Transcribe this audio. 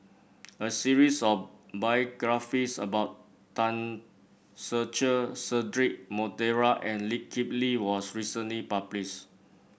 a series of biographies about Tan Ser Cher Cedric Monteiro and Lee Kip Lee was recently published